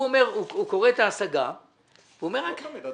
הוא קורא את ההשגה ואומר -- לא תמיד.